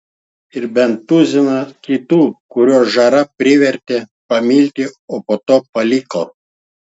ir bent tuziną kitų kuriuos zara privertė ją pamilti o po to paliko